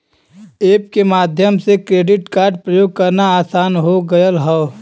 app के माध्यम से क्रेडिट कार्ड प्रयोग करना आसान हो गयल हौ